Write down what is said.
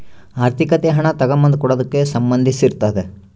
ಆರ್ಥಿಕತೆ ಹಣ ತಗಂಬದು ಕೊಡದಕ್ಕ ಸಂದಂಧಿಸಿರ್ತಾತೆ